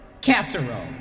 casserole